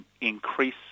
increase